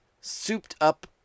souped-up